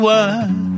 one